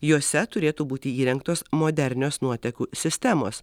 juose turėtų būti įrengtos modernios nuotekų sistemos